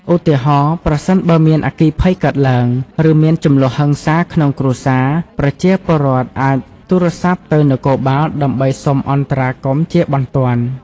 ឧទាហរណ៍ ប្រសិនបើមានអគ្គីភ័យកើតឡើង ឬមានជម្លោះហិង្សាក្នុងគ្រួសារ ប្រជាពលរដ្ឋអាចទូរស័ព្ទទៅនគរបាលដើម្បីសុំអន្តរាគមន៍ជាបន្ទាន់។